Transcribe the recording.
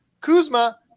Kuzma